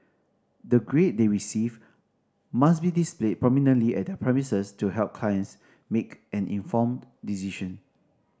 the grade they receive must be displayed prominently at their premises to help kinds make an informed decision